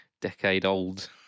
decade-old